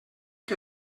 que